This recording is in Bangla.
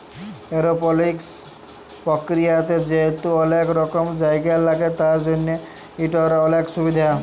এরওপলিকস পরকিরিয়াতে যেহেতু অলেক কম জায়গা ল্যাগে তার জ্যনহ ইটর অলেক সুভিধা